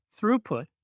throughput